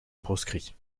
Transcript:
proscrit